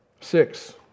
Six